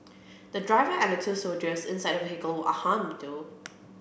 the driver and the two soldiers inside the vehicle were unharmed though